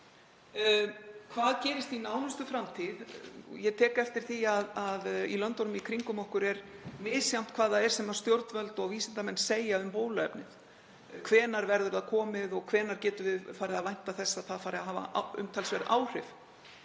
Hvað gerist í nánustu framtíð? Ég tek eftir því að í löndunum í kringum okkur er misjafnt hvað stjórnvöld og vísindamenn segja um bóluefnið. Hvenær verður það komið og hvenær getum við farið að vænta þess að það fari að hafa umtalsverð áhrif?